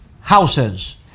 houses